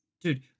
Dude